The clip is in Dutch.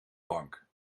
bank